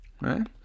right